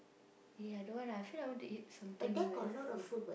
!ee! I don't want lah I feel like I want to eat something very full